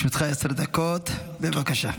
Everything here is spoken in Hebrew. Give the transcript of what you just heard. לרשותך עשר דקות, בבקשה.